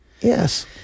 yes